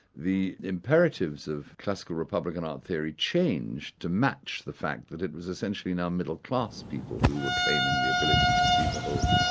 the imperatives of classical republican art theory changed to match the fact that it was essentially now middle-class people who were claiming the ability to see the whole,